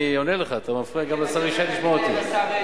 אני עונה לך ואתה מפריע גם לשר ישי לשמוע אותי,